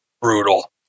Brutal